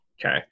Okay